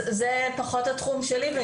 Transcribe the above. זה פחות התחום שלי.